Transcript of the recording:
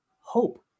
hope